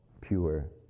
pure